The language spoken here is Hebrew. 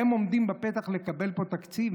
הם עומדים בפתח לקבל פה תקציב.